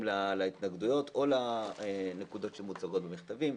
להתנגדויות או לנקודות שמוצגות במכתבים.